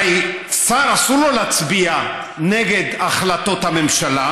הרי שרים, אסור להם להצביע נגד החלטות הממשלה,